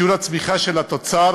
שיעור הצמיחה של התוצר,